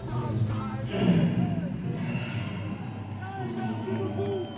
जोङो गोथार आरजजों फुजिनो फैयो